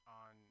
on